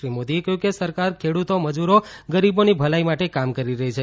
શ્રી મોદીએ કહ્યું કે સરકાર ખેડૂતો મજૂરો ગરીબોની ભલાઇ માટે કામ કરી રહી છે